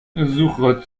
suche